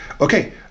Okay